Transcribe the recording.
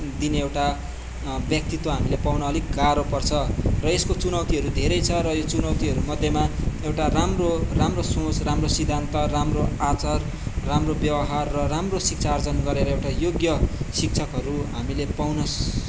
दिने एउटा व्यक्तित्व हामीले पाउँन अलिक गारो पर्छ र यस्को चुनौतीहरू धेरै छ र यो चुनैतीहरू मध्येमा एउटा राम्रो राम्रो सोच राम्रो शिक्षा राम्रो आचार राम्रो व्यवहार राम्रो शिक्षा आर्जन गरेर एउटा योग्य शिक्षकहरू हामीले पाउन